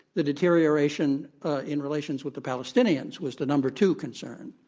the deterioration in relations with the palestinians was the number two concern.